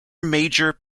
major